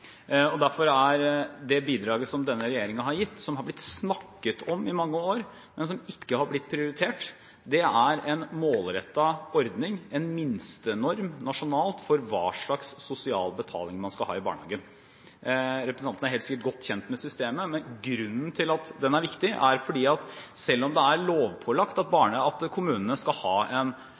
Derfor er det bidraget som denne regjeringen har gitt – som har blitt snakket om i mange år, men som ikke har blitt prioritert – en målrettet ordning, en nasjonal minstenorm, for hva slags sosial betaling man skal ha i barnehagen. Representanten er helt sikkert godt kjent med systemet, men grunnen til at den er viktig, er at selv om det er lovpålagt at kommunene skal ha en